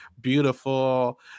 Beautiful